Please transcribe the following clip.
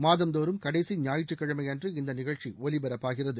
மாதந்தோறும் கடைசி ஞாயிற்றுக்கிழமையன்று இந்த நிகழ்ச்சி ஒலிபரப்பாகிறது